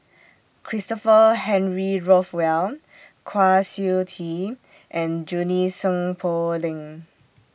Christopher Henry Rothwell Kwa Siew Tee and Junie Sng Poh Leng